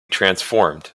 transformed